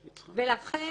ולכן,